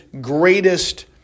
greatest